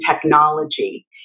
technology